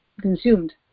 consumed